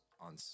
on